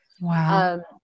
Wow